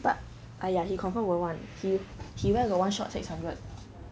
but !aiya! he confirm won't [one] he where got one shot six hundred